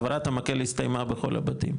העברת המקל הסתיימה בכל הבתים.